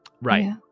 Right